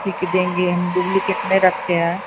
ठीक देंगे हम डुप्लिकेट नहीं रखते हैं